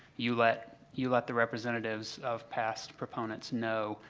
you let you let the representatives of past proponents know,